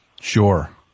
Sure